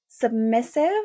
submissive